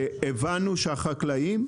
הבנו שהחקלאים,